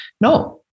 No